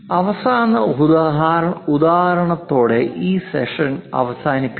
അവസാന ഉദാഹരണത്തോടെ ഈ സെഷൻ അവസാനിപ്പിക്കാം